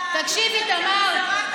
דמוקרטיה, תקשיבי, תמר,